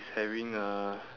he's having uh